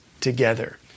together